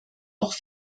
auch